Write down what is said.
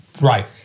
Right